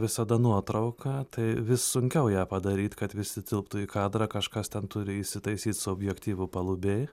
visada nuotrauka tai vis sunkiau ją padaryt kad visi tilptų į kadrą kažkas ten turi įsitaisyt su objektyvu palubėj